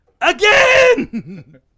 again